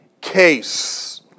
case